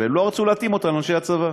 והם לא רצו להתאים אותם לאנשי הצבא.